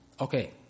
Okay